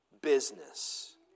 business